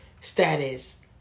status